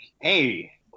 hey